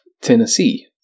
Tennessee